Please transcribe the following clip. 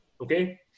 Okay